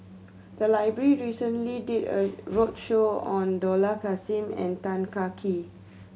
the library recently did a roadshow on Dollah Kassim and Tan Kah Kee